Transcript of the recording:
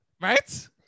Right